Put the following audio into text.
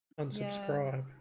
unsubscribe